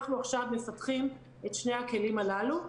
אנחנו עכשיו מפתחים את שני הכלים הללו.